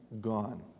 gone